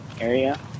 area